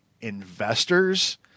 investors